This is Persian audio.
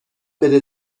بده